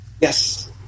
Yes